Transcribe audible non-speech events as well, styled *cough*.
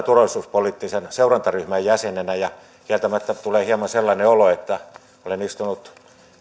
*unintelligible* turvallisuuspoliittisen seurantaryhmän jäsenenä niin kieltämättä tulee hieman sellainen olo että olen istunut